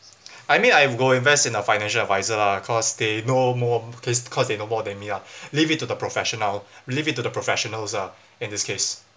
I mean I will go invest in a financial advisor lah cause they know more case because they know more than me ah leave it to the professional leave it to the professionals ah in this case